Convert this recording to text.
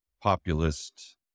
populist